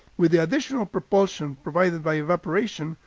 with the additional propulsion provided by evaporation,